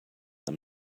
them